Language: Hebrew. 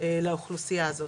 לאוכלוסייה הזאת,